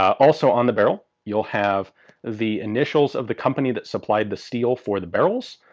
also on the barrel you'll have the initials of the company that supplied the steel for the barrels.